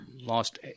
lost